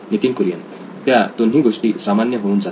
नितीन कुरियन त्या दोन्ही गोष्टी सामान्य होऊन जातील